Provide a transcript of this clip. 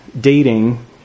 dating